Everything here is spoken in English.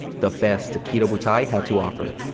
the best the kido butai had to offer.